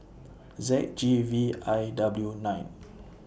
Z G V I W nine